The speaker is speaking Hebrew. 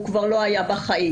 הוא כבר לא היה בחיים.